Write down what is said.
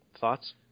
Thoughts